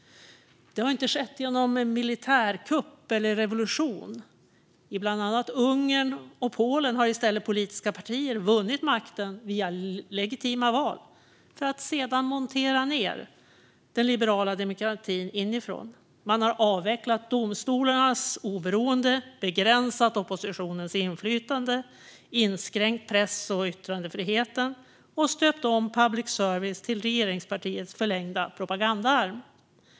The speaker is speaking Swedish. Det har inte skett genom militärkupp eller revolution. I bland annat Ungern och Polen har i stället politiska partier vunnit makten via legitima val för att sedan montera ned den liberala demokratin inifrån. De har avvecklat domstolarnas oberoende, begränsat oppositionens inflytande, inskränkt press och yttrandefriheten och stöpt om public service till regeringspartiets förlängda propagandaarm.